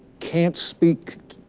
can't speak.